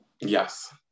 Yes